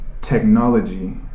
technology